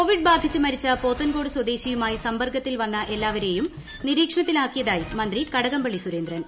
Covid ബാധിച്ച് മരിച്ച പോത്തൻകോട് സ്വദേശിയുമായി സമ്പർക്കത്തിൽ വ്ന്ന് എല്ലാവരേയും നിരീക്ഷണത്തിലാക്കിയതായി മന്ത്രി കടകംപള്ളി സുരേന്ദ്രൻ